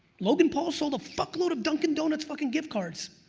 logan paul sold a fuckload of dunkin donuts fuckin' gift cards.